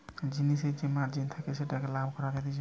জিনিসের যে মার্জিন থাকে যেটাতে লাভ করা যাতিছে